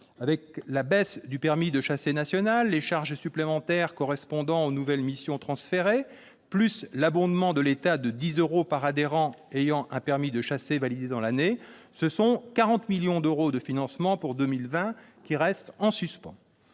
Avec la baisse du prix du permis de chasser national, les charges supplémentaires correspondant aux nouvelles missions transférées, et l'abondement de l'État de 10 euros par adhérent ayant un permis de chasser validé dans l'année, ce sont 40 millions d'euros de financement pour 2020 qui restent en suspens.